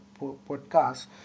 podcasts